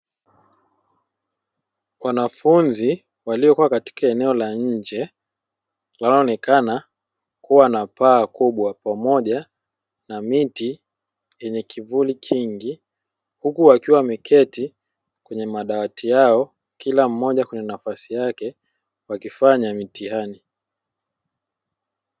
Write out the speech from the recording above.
Wanafunzi waliokuwa katika eneo la nje linaloonekana kuwa na paa kubwa pamoja na miti lenye kivuli kingi, huku wakiwa wameketi kwenye madawati yao, kila mmoja na karatasi yake, wakifanya mitihani.